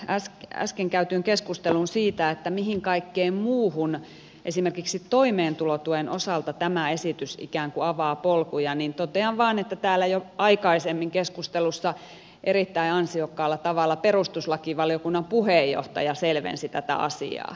vielä äsken käytyyn keskusteluun siitä mihin kaikkeen muuhun esimerkiksi toimeentulotuen osalta tämä esitys ikään kuin avaa polkuja totean vain että täällä jo aikaisemmin keskustelussa erittäin ansiokkaalla tavalla perustuslakivaliokunnan puheenjohtaja selvensi tätä asiaa